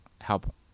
help